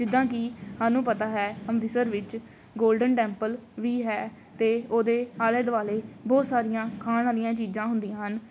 ਜਿੱਦਾਂ ਕਿ ਸਾਨੂੰ ਪਤਾ ਹੈ ਅੰਮ੍ਰਿਤਸਰ ਵਿਚ ਗੋਲਡਨ ਟੈਂਪਲ ਵੀ ਹੈ ਅਤੇ ਉਹਦੇ ਆਲੇ ਦੁਆਲੇ ਬਹੁਤ ਸਾਰੀਆਂ ਖਾਣ ਵਾਲੀਆਂ ਚੀਜ਼ਾਂ ਹੁੰਦੀਆਂ ਹਨ